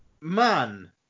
man